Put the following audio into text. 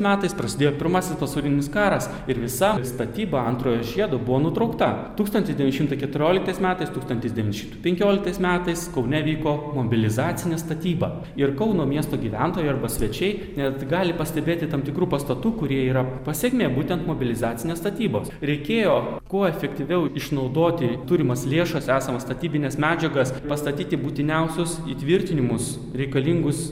metais prasidėjo pirmasis pasaulinis karas ir visa statyba antrojo žiedo buvo nutraukta tūkstantis devyni šimtai keturioliktais metais tūkstantis devyni šimtai penkioliktais metais kaune vyko mobilizacinė statyba ir kauno miesto gyventojai arba svečiai net gali pastebėti tam tikrų pastatų kurie yra pasekmė būtent mobilizacinės statybos reikėjo kuo efektyviau išnaudoti turimas lėšas esamas statybines medžiagas pastatyti būtiniausius įtvirtinimus reikalingus